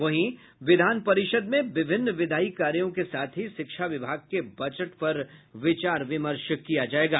वहीं विधान परिषद में विभिन्न विधायी कार्यों के साथ ही शिक्षा विभाग के बजट पर विचार विमर्श किया जायेगा